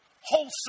wholesome